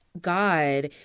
God